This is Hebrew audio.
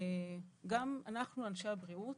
גם אנחנו אנשי הבריאות,